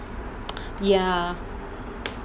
ya ya